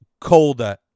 colder